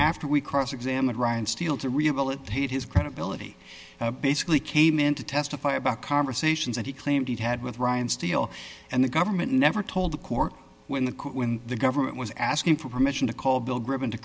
after we cross examined ryan steele to rehabilitate his credibility basically came in to testify about conversations that he claimed he had with ryan steele and the government never told the court when the court when the government was asking for permission to call bill gribben to